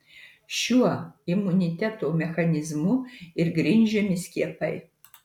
šiuo imuniteto mechanizmu ir grindžiami skiepai